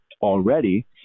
already